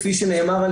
כפי שנאמר,